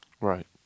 right